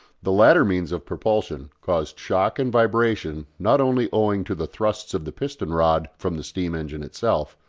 the latter means of propulsion caused shock and vibration not only owing to the thrusts of the piston-rod from the steam-engine itself,